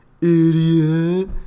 Idiot